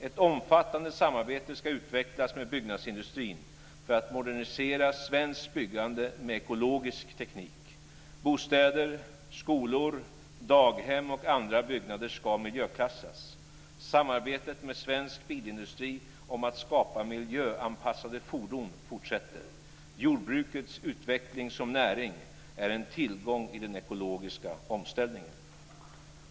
Ett omfattande samarbete ska utvecklas med byggnadsindustrin för att modernisera svenskt byggande med ekologisk teknik. Bostäder, skolor, daghem och andra byggnader ska miljöklassas. Samarbetet med svensk bilindustri om att skapa miljöanpassade fordon fortsätter. Jordbrukets utveckling som näring är en tillgång i den ekologiska omställningen.